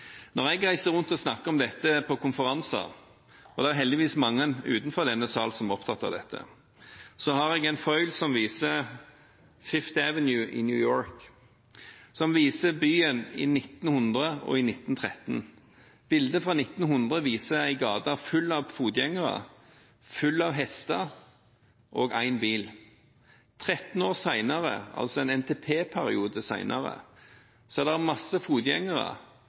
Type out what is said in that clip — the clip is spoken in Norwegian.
Når jeg reiser rundt og snakker om dette på konferanser, og det er heldigvis mange utenfor denne sal som er opptatt av dette, har jeg en foil som viser 5th Avenue i New York i 1900 og i 1913. Bildet fra 1900 viser en gate full av fotgjengere, full av hester og én bil. Tretten år senere, altså en NTP-periode senere, er det masse fotgjengere,